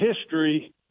history